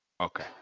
Okay